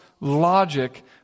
logic